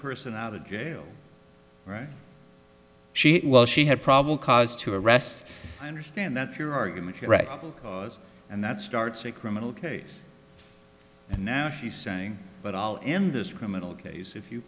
person out of jail right she while she had probable cause to arrest i understand that your argument right and that starts a criminal case and now she's saying that all in this criminal case if you